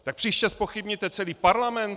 Tak příště zpochybníte celý Parlament?